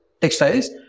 textiles